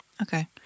Okay